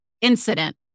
incident